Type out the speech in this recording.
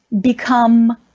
Become